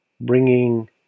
bringing